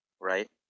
right